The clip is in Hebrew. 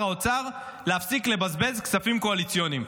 האוצר להפסיק לבזבז כספים קואליציוניים.